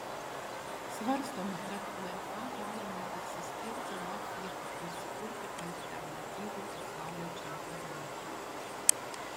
svarstoma kad uefa gali net atsiskirti nuo fifa ir sukurti alternatyvų pasaulio čempionatą